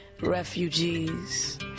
refugees